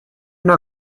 una